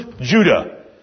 Judah